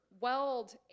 weld